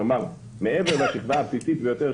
כלומר מעבר לשכבה הבסיסית ביותר,